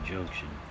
Junction